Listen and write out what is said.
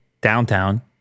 downtown